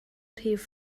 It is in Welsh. rhif